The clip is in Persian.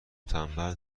تنبل